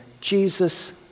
Jesus